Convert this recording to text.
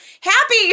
happy